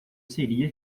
seria